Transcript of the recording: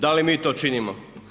Da li mi to činimo?